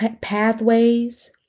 pathways